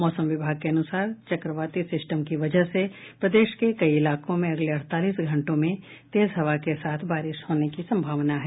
मौसम विभाग के अनुसार चक्रवाती सिस्टम की वजह से प्रदेश के कई इलाकों में अगले अड़तालीस घंटों में तेज हवा के साथ बारिश होने की संभावना है